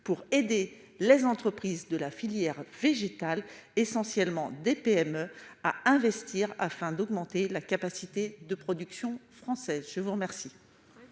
pour aider les entreprises de la filière végétale, essentiellement des PME à investir afin d'augmenter la capacité de production française, je vous remercie.